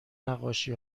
نقاشی